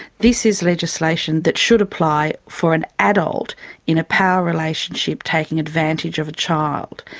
this is legislation that should apply for an adult in a power relationship taking advantage of a child.